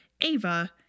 ava